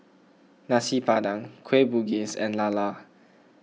Nasi Padang Kueh Bugis and Lala